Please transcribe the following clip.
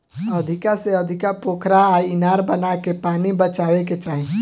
अधिका से अधिका पोखरा आ इनार बनाके पानी बचावे के चाही